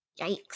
Yikes